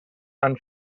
han